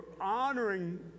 honoring